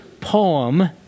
poem